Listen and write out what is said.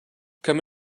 come